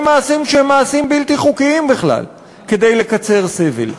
מעשים שהם מעשים בלתי חוקיים בכלל כדי לקצר סבל.